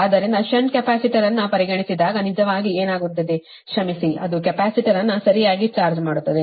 ಆದ್ದರಿಂದ shunt capacitor ಅನ್ನು ಪರಿಗಣಿಸಿದಾಗ ನಿಜವಾಗಿ ಏನಾಗುತ್ತದೆ ಕ್ಷಮಿಸಿ ಅದು ಕೆಪಾಸಿಟರ್ ಅನ್ನು ಸರಿಯಾಗಿ ಚಾರ್ಜ್ ಮಾಡುತ್ತದೆ